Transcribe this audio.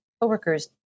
coworkers